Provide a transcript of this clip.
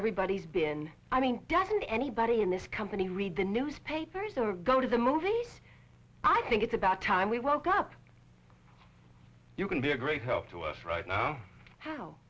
everybody's been i mean doesn't anybody in this company read the newspapers or go to the movies i think it's about time we woke up you can be a great help to us right now